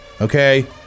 Okay